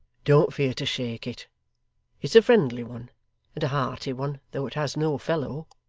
don't fear to shake it it's a friendly one and a hearty one, though it has no fellow.